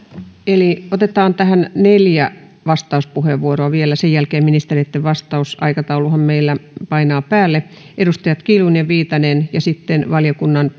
otetaan tähän neljä vastauspuheenvuoroa vielä sen jälkeen ministereitten vastaus aikatauluhan meillä painaa päälle edustajat kiljunen viitanen ja sitten valiokunnan